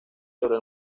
sobre